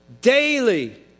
daily